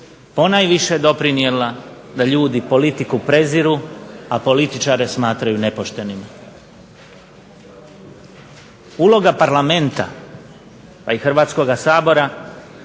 ponajviše doprinijela da ljudi politiku preziru, a političare smatraju nepoštenim. Uloga parlamenta, a i Hrvatskoga sabora